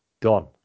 done